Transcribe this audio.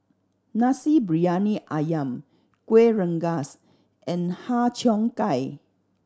Nasi Briyani Ayam Kuih Rengas and Har Cheong Gai